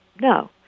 No